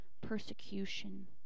persecution